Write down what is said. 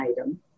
item